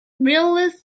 mindless